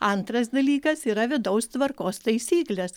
antras dalykas yra vidaus tvarkos taisyklės